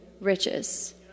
riches